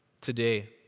today